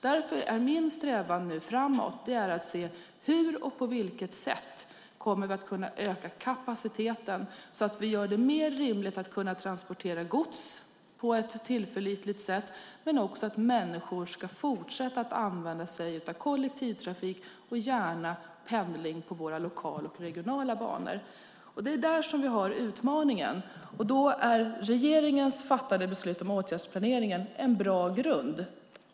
Därför är min strävan framåt: Hur och på vilket sätt kommer vi att kunna öka kapaciteten så att vi gör det mer rimligt att kunna transportera gods på ett tillförlitligt sätt? Hur ska människor kunna fortsätta att använda sig av kollektivtrafik och gärna pendling på våra lokala och regionala banor? Det är där vi har utmaningen. Där är regeringens fattade beslut om åtgärdsplaneringen en bra grund.